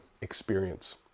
experience